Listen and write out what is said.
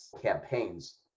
campaigns